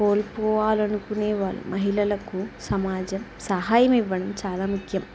కోల్పోవాలనుకునే వాళ్ళ మహిళలకు సమాజం సహాయం ఇవ్వడం చాలా ముఖ్యం